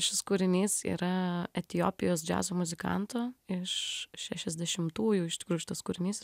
šis kūrinys yra etiopijos džiazo muzikanto iš šešiasdešimtųjų iš tikrųjų šitas kūrinys